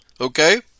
okay